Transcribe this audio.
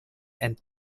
and